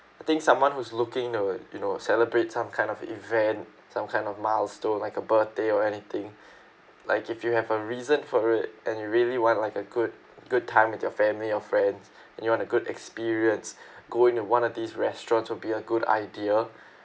I think someone who's looking to you know celebrate some kind of event some kind of milestone like a birthday or anything like if you have a reason for it and you really want like a good good time with your family or friends and you want a good experience going to one of these restaurants would be a good idea